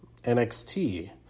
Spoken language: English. NXT